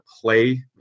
play